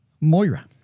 Moira